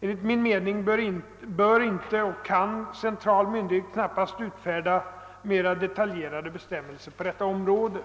Enligt min mening bör inte och kan central myndighet knappast utfärda mera detaljerade bestämmelser på detta område.